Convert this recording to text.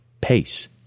pace